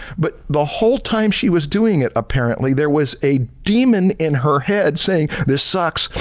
but the whole time she was doing it apparently, there was a demon in her head saying this sucks.